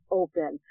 open